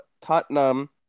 Tottenham